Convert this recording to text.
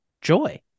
joy